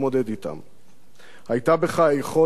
היתה בך היכולת, ותעצומות הנפש,